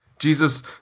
Jesus